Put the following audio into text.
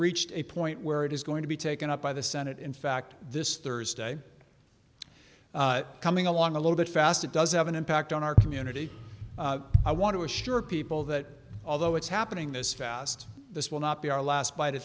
reached a point where it is going to be taken up by the senate in fact this thursday coming along a little bit fast it does have an impact on our community i want to assure people that although it's happening this fast this will not be our last b